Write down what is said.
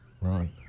Right